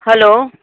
hello